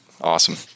awesome